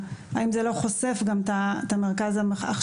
האם זה לא חושף לתביעה גם את מרכז ההכשרה,